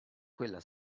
quella